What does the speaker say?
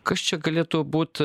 kas čia galėtų būt